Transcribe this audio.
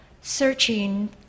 searching